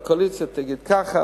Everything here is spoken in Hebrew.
הקואליציה תגיד ככה,